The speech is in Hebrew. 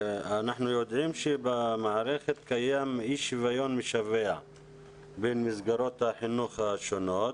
אנחנו יודעים שקיים במערכת אי שוויון משווע בין מסגרות החינוך השונות,